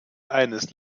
eines